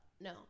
No